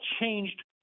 changed